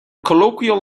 colloquial